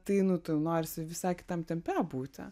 tai nu tau norisi visai kitam tempe būti